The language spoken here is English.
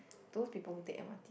those people who take M_R_T